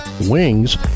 wings